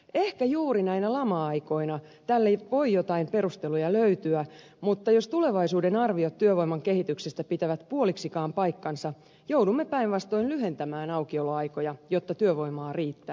ehkä juuri näinä lama aikoina tälle voi joitain perusteluja löytyä mutta jos tulevaisuuden arviot työvoiman kehityksestä pitävät puoliksikaan paikkansa joudumme päinvastoin lyhentämään aukioloaikoja jotta työvoimaa riittäisi